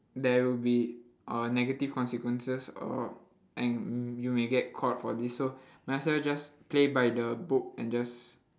there will be uh negative consequences or and mm you may get caught for this so might as well just play by the book and just